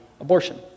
abortion